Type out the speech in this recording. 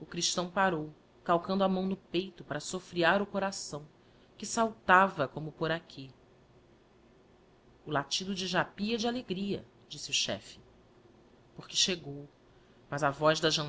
o christâo parou calcando a mão no peito para sofirear o coração que saltava como o poraquê o latido de japy é de alegria disse o chefe porque chegou mas a voz da